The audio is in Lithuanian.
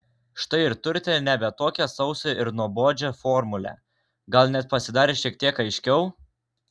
štai ir turite nebe tokią sausą ir nuobodžią formulę gal net pasidarė šiek tiek aiškiau